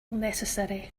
necessary